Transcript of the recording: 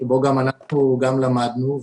כאשר אנחנו גם למדנו.